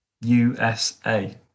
USA